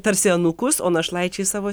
tarsi anūkus o našlaičiai savo